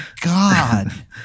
God